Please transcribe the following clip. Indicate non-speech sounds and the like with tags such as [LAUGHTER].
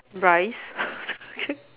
rice [LAUGHS]